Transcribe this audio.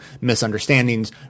misunderstandings